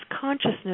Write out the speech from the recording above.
consciousness